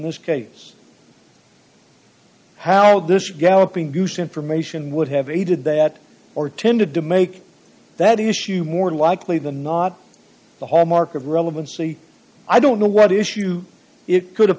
this case how this galloping goose information would have aided that d or tended to make that issue more likely than not the hallmark of relevancy i don't know what issue it could have